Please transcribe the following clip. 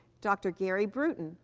dr. garry bruton,